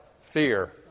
fear